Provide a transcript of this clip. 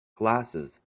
glasses